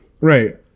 Right